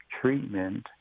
treatment